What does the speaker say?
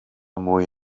mwy